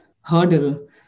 hurdle